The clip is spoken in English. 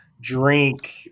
drink